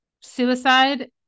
suicide